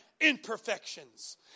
imperfections